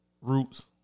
Roots